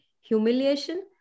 humiliation